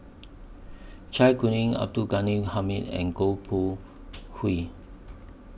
Zai Kuning Abdul Ghani Hamid and Goh Koh Hui